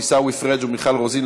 עיסאווי פריג' ומיכל רוזין,